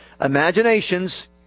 imaginations